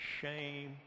shame